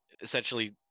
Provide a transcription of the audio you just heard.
essentially